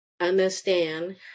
understand